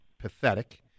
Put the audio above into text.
pathetic